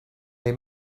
they